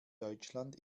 deutschland